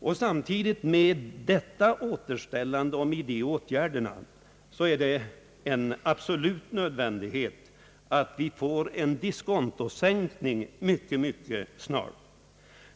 Jämsides med de åtgärderna är det absolut nödvändigt att vi får en diskontosänkning mycket, mycket snart.